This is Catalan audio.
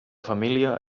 família